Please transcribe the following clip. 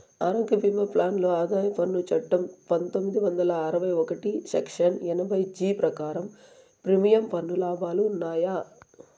ఆరోగ్య భీమా ప్లాన్ లో ఆదాయ పన్ను చట్టం పందొమ్మిది వందల అరవై ఒకటి సెక్షన్ ఎనభై జీ ప్రకారం ప్రీమియం పన్ను లాభాలు ఉన్నాయా?